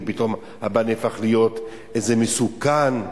ופתאום האבא נהפך להיות איזה מסוכן,